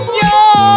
yo